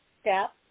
step